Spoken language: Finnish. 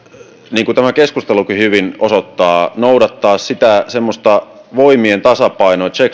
niin kuin tämä keskustelukin hyvin osoittaa noudattaa semmoista voimien tasapainoa checks and